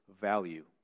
value